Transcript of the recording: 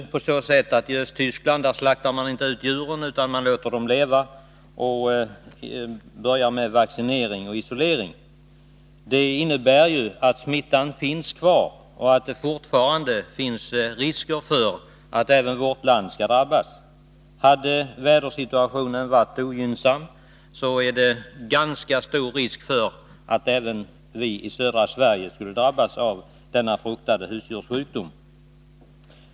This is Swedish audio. I Östtyskland slaktar man inte ut djuren utan låter dem leva, isolerar gårdarna och vaccinerar djuren. Det innebär att smittan finns kvar och att det fortfarande finns risk att även vårt land skall drabbas. Hade vädersituationen varit ogynnsam hade det varit ganska stor risk för att även vi i södra Sverige skulle drabbas av denna fruktade husdjurssjukdom.